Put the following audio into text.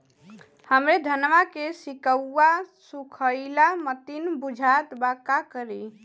हमरे धनवा के सीक्कउआ सुखइला मतीन बुझात बा का करीं?